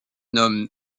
nomme